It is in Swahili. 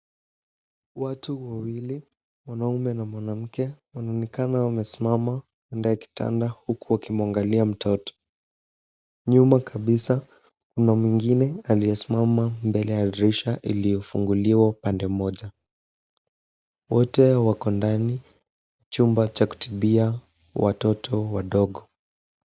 Watu wawili, mwanaume na mwanamke wanaonekana wamesimama kando ya kitanda huku wakimwangalia mtoto. Nyuma kabisa kuna mwingine aliyesimama mbele ya dirisha iliyofunguliwa upande mmoja. Wote wako ndani chumba cha kutibia watoto wadogo.